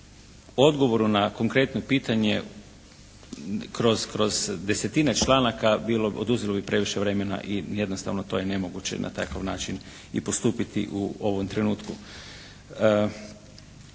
odgovoru na konkretno pitanje kroz, kroz desetine članaka bilo, oduzelo bi previše vremena i jednostavno to je nemoguće na takav način i postupiti u ovom trenutku.